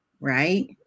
Right